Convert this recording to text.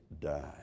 died